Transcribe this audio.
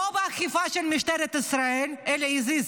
לא באכיפה של משטרת ישראל, אלא as is,